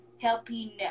helping